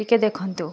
ଟିକେ ଦେଖନ୍ତୁ